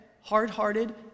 hard-hearted